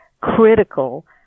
critical